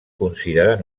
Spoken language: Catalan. considerar